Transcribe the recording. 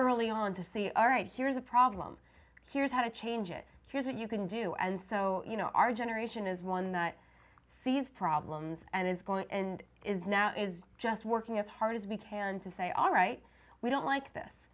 early on to see all right here's a problem here's how to change it here's what you can do and so you know our generation is one that sees problems and it's going to end is now is just working as hard as we can to say all right we don't like this